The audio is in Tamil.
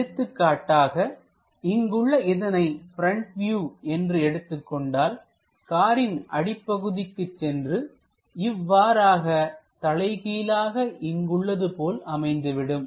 எடுத்துக்காட்டாக இங்குள்ள இதனை ப்ரெண்ட் வியூ என்று எடுத்துக் கொண்டால் காரின் அடிப்பகுதிக்கு சென்று இவ்வாறாக தலைகீழாக இங்குள்ளது போல அமைந்துவிடும்